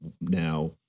now